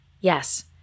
Yes